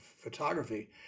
photography